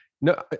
no